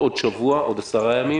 עוד שבוע, עוד עשרה ימים?